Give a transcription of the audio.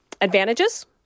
advantages